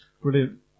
Brilliant